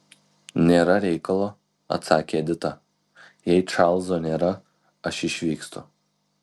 nėra reikalo atsakė edita jei čarlzo nėra aš išvykstu